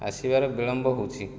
ଆସିବାର ବିଳମ୍ବ ହେଉଛି